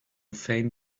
faint